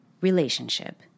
relationship